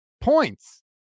points